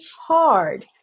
hard